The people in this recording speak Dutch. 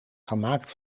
gemaakt